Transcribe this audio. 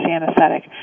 anesthetic